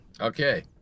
okay